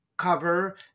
cover